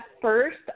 first